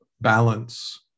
balance